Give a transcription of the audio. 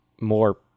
more